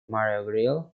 mario